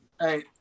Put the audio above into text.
Hey